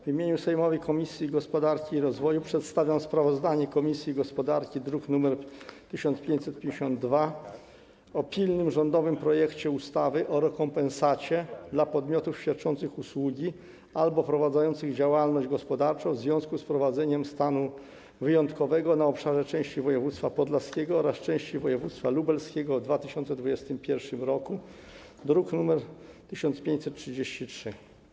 W imieniu sejmowej Komisji Gospodarki i Rozwoju przedstawiam sprawozdanie komisji gospodarki druk nr 1552 o pilnym rządowym projekcie ustawy o rekompensacie dla podmiotów świadczących usługi albo prowadzących działalność gospodarczą w związku z wprowadzeniem stanu wyjątkowego na obszarze części województwa podlaskiego oraz części województwa lubelskiego w 2021 r., druk nr 1533.